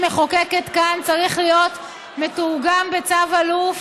מחוקקת כאן צריך להיות מתורגם בצו אלוף